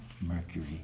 Mercury